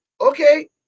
okay